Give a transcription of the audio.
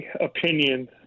opinion